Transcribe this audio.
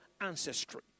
ancestry